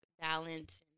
balance